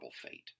fate